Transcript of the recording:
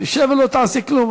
תשב ולא תעשה כלום,